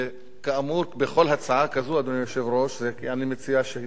בכל הצעה כזו אני מציע שיתקיים דיון במליאה,